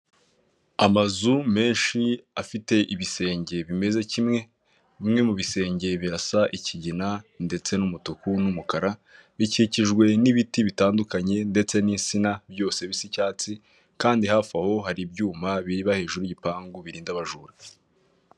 Amazu menshi afite ibisenge bimeze kimwe, bimwe mu bisenge birasa ikigina ndetse n'umutuku n'umukara, bikikijwe n'ibiti bitandukanye ndetse n'insina byose bisa icyatsi kandi hafi aho hari ibyuma biba hejuru y'igipangu birinda abajura.